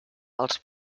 els